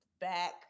back